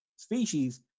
species